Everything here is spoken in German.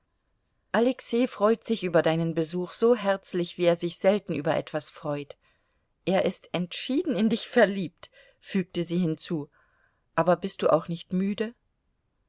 alexei freut sich über deinen besuch so herzlich wie er sich selten über etwas freut er ist entschieden in dich verliebt fügte sie hinzu aber bist du auch nicht müde